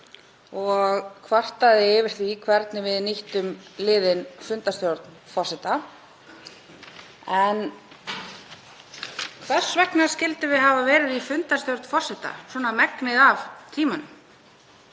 og kvartaði yfir því hvernig við nýttum liðinn fundarstjórn forseta. En hvers vegna skyldum við hafa verið í fundarstjórn forseta megnið af tímanum?